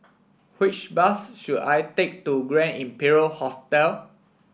which bus should I take to Grand Imperial Hotel